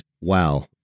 wow